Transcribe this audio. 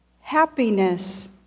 happiness